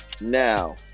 now